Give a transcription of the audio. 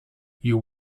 you